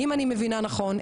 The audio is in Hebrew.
אם אני מבינה נכון,